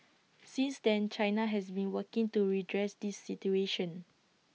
since then China has been working to redress this situation